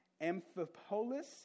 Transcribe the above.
Amphipolis